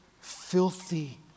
filthy